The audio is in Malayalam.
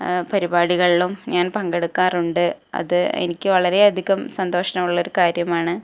പരിപാടികളിലും ഞാൻ പങ്കെടുക്കാറുണ്ട് അത് എനിക്ക് വളരെയധികം സന്തോഷമുള്ളൊരു കാര്യമാണ്